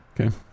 okay